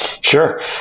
sure